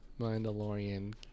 Mandalorian